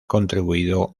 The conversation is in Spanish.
contribuido